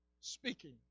speaking